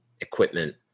equipment